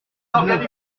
soixante